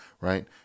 right